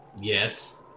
Yes